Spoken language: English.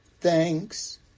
thanks